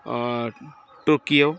Tokyo